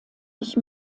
sich